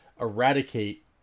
eradicate